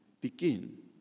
begin